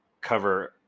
cover